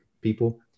people